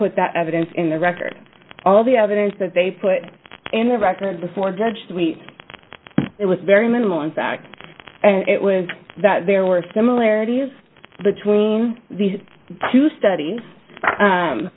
put that evidence in the record all the evidence that they put in the record before the judge to meet it was very minimal in fact and it was that there were similarities between these two stud